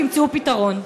תמצאו פתרון.